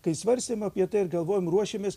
kai svarstėm apie tai ir galvojom ruošėmės